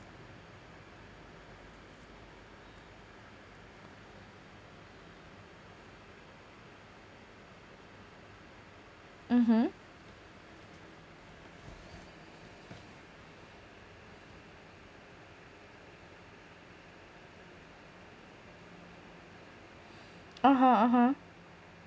mmhmm (uh huh) (uh huh)